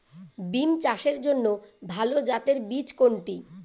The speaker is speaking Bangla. বিম চাষের জন্য ভালো জাতের বীজ কোনটি?